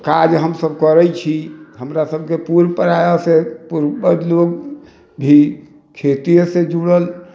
काज हम सभ करै छी हमरा सभके पूर्ण प्रयास अछि पूर्वज लोक भी खेतियेसँ जुड़ल